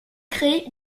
créer